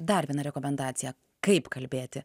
dar viena rekomendacija kaip kalbėti